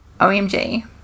OMG